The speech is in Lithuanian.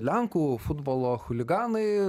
lenkų futbolo chuliganai